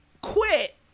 quit